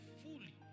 fully